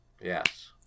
Yes